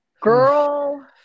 Girl